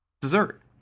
dessert